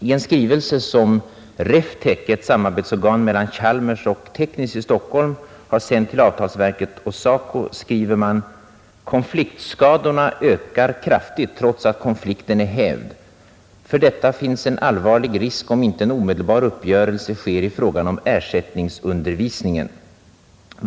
I en skrivelse som Reftec, ett samarbetsorgan mellan Chalmers i Göteborg och Teknis i Stockholm, har sänt till avtalsverket och SACO skriver man: ”Konfliktskadorna ökar kraftigt trots att konflikten är hävd. För detta finns en allvarlig risk om inte en omedelbar uppgörelse sker i frågan om ersättningsundervisningen.